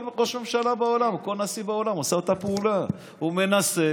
כל ראש ממשלה בעולם או כל נשיא בעולם עושה אותה פעולה: הוא מנסה